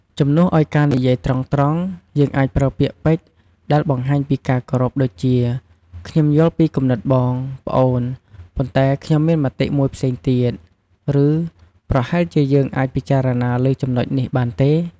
ជំនួសឲ្យការនិយាយត្រង់ៗ យើងអាចប្រើពាក្យពេចន៍ដែលបង្ហាញពីការគោរព ដូចជា "ខ្ញុំយល់ពីគំនិតបង/ប្អូន ប៉ុន្តែខ្ញុំមានមតិមួយផ្សេងទៀត" ឬ "ប្រហែលជាយើងអាចពិចារណាលើចំណុចនេះបានទេ?"។